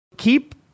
Keep